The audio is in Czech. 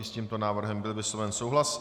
I s tímto návrhem byl vysloven souhlas.